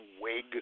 wig